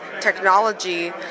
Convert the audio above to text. technology